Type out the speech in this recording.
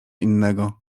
innego